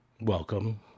welcome